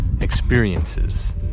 experiences